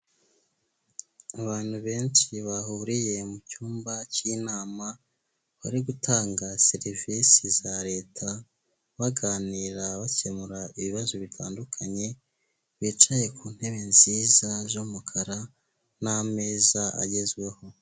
Abantu benshi bahuriye mu cyumba cy'inama, bari gutanga serivisi za leta, baganira, bakemura ibibazo bitandukanye, bicaye ku ntebe nziza z'umukara n'ameza agezweho.